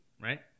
right